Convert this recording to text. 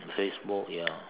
Facebook ya